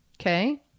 Okay